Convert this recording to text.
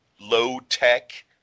low-tech